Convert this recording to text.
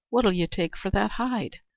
what'll you take for that hide?